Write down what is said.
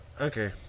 Okay